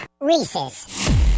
Reese's